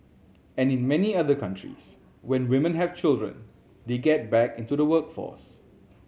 and in many other countries when women have children they get back into the workforce